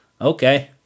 okay